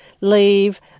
leave